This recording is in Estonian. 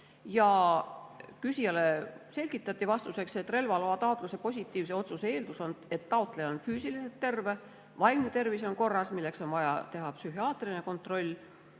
Küsijale selgitati vastuseks, et relvaloataotluse positiivse otsuse eeldus on, et taotleja on füüsiliselt terve, ka tema vaimne tervis on korras, milleks on vaja teha psühhiaatriline kontroll.